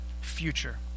future